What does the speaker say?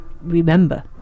remember